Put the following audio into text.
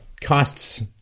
costs